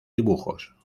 dibujos